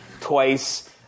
twice